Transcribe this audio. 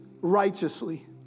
righteously